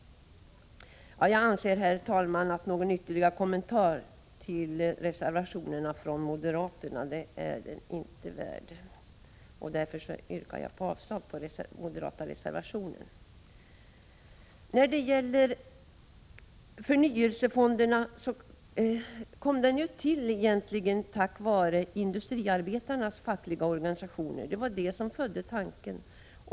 Herr talman! Jag anser att någon ytterligare kommentar till moderaternas reservation inte behövs. Förnyelsefonderna kom ju egentligen till tack vare industriarbetarnas fackliga organisationer. Det var de som födde tanken.